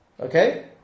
Okay